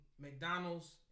McDonald's